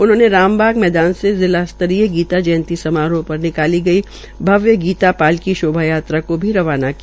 उन्होंने रामबाग मैदा से जिला स्तरीय गीता जयंती समारोह पर निकाली गई भव्य गीता पालकी शोभा यात्रा को भी रवाना किया